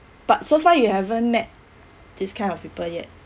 but so far you haven't met this kind of people yet